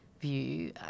view